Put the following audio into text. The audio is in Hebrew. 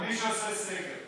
למי שעושה סגר.